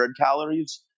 calories